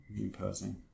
imposing